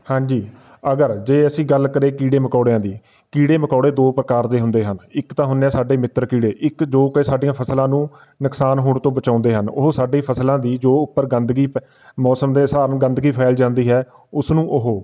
ਹਾਂਜੀ ਅਗਰ ਜੇ ਅਸੀਂ ਗੱਲ ਕਰੇ ਕੀੜੇ ਮਕੌੜਿਆਂ ਦੀ ਕੀੜੇ ਮਕੌੜੇ ਦੋ ਪ੍ਰਕਾਰ ਦੇ ਹੁੰਦੇ ਹਨ ਇੱਕ ਤਾਂ ਹੁੰਦੇ ਆ ਸਾਡੇ ਮਿੱਤਰ ਕੀੜੇ ਇੱਕ ਜੋ ਕਿ ਸਾਡੀਆਂ ਫਸਲਾਂ ਨੂੰ ਨੁਕਸਾਨ ਹੋਣ ਤੋਂ ਬਚਾਉਂਦੇ ਹਨ ਉਹ ਸਾਡੀ ਫਸਲਾਂ ਦੀ ਜੋ ਉੱਪਰ ਗੰਦਗੀ ਮੌਸਮ ਦੇ ਪ ਹਿਸਾਬ ਨੂੰ ਗੰਦਗੀ ਫੈਲ ਜਾਂਦੀ ਹੈ ਉਸਨੂੰ ਉਹ